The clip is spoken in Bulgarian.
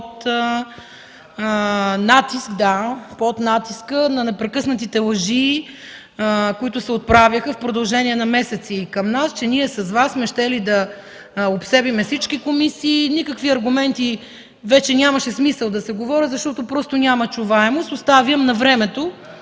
под натиск – да, под натиска на непрекъснатите лъжи, които се отправяха в продължение на месеци към нас, че ние с Вас сме щели да обсебим всички комисии. Никакви аргументи вече нямаше смисъл да се говорят, защото просто няма чуваемост. Оставям на времето